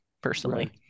personally